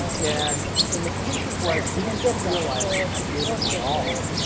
and in the cases where i didn't feel like i gave it my all,